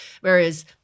Whereas